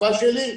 בתקופה שלי.